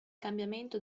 cambiamento